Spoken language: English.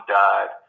died